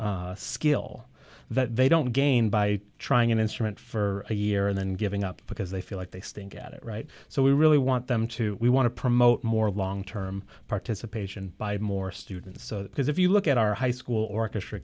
skill that they don't gain by trying an instrument for a year and then giving up because they feel like they stink at it right so we really want them to we want to promote more long term participation by more students because if you look at our high school or